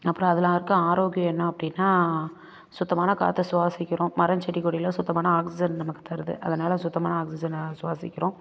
அப்புறோம் அதில் இருக்கிற ஆரோக்கியம் என்ன அப்படின்னா சுத்தமான காற்று சுவாசிக்கிறோம் மரம் செடி கொடிலாம் சுத்தமான ஆக்ஸிஜன் நமக்கு தருது அதனால சுத்தமான ஆக்ஸிஜனாக சுவாசிக்கிறோம்